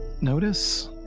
notice